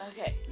Okay